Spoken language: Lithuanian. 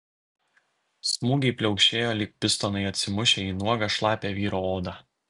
smūgiai pliaukšėjo lyg pistonai atsimušę į nuogą šlapią vyro odą